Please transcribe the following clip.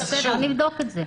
אני אבדוק את זה.